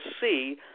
see